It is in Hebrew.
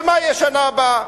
מה יהיה בשנה הבאה?